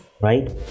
right